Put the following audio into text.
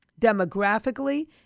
Demographically